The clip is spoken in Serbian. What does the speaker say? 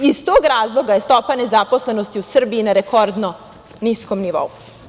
Iz tog razloga je stopa nezaposlenosti u Srbiji na rekordnom niskom nivou.